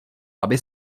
aby